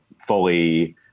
fully